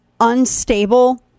unstable